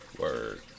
word